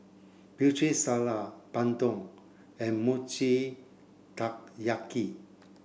Putri Salad Bandung and Mochi Taiyaki